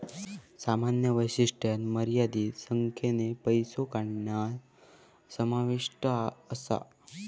सामान्य वैशिष्ट्यांत मर्यादित संख्येन पैसो काढणा समाविष्ट असा